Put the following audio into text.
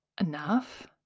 enough